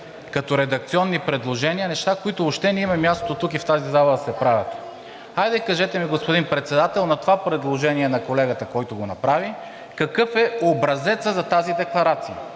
като редакционни предложения неща, на които въобще не им е мястото тук и в тази зала да се правят. Кажете ми, господин Председател, на това предложение на колегата, който го направи, какъв е образецът за тази декларация?